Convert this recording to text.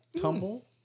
tumble